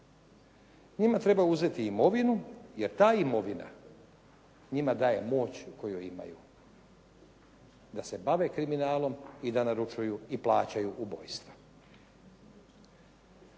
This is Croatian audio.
Njima treba uzeti imovinu jer ta imovina njima daje moć koju imaju. Da se bave kriminalom i da naručuju i plaćaju ubojstva.